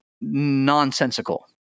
nonsensical